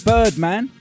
Birdman